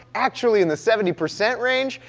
actually in the seventy percent range,